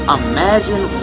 imagine